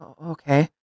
Okay